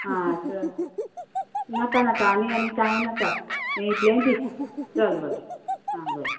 आं तर नाका नाका आनी आनी काय नाका हे इतले दी चल बरें आं बरें